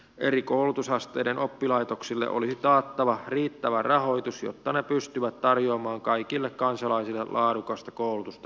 eri koulutusasteiden oppilaitoksille olisi taattava riittävä rahoitus jotta ne pystyvät tarjoamaan kaikille kansalaisille laadukasta koulutusta jatkossakin